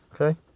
okay